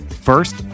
first